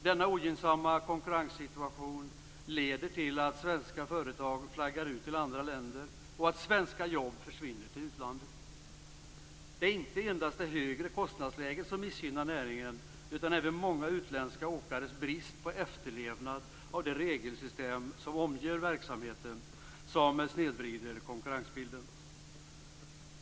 Denna ogynnsamma konkurrenssituation leder till att svenska företag flaggar ut till andra länder och att svenska jobb försvinner till utlandet. Det är inte endast det högre kostnadsläget som missgynnar näringen och snedvrider konkurrensbilden, utan även många utländska åkares brist på efterlevnad av det regelsystem som omger verksamheten.